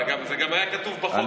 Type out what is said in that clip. אבל זה גם היה כתוב בחוק,